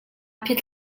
phit